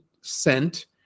sent